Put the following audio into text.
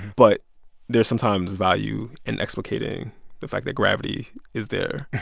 but there's sometimes value in explicating the fact that gravity is there.